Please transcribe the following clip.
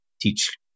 teach